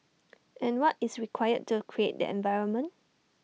and what is required to create that environment